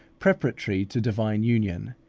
preparatory to divine union,